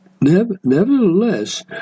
Nevertheless